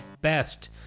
best